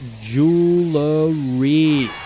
jewelry